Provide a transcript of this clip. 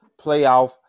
playoff